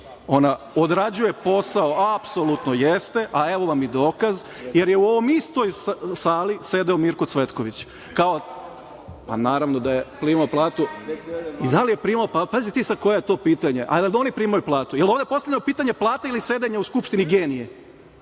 Ona odrađuje posao, apsolutno jeste, a evo vam i dokaz, jer je u ovoj istoj sali sedeo Mirko Cvetković. Pa, naravno da je primao platu… i pazi ti sad koje je to pitanje, a da oni primaju platu. Jel je on postavljao pitanje plate ili sedenja u Skupštini, genije?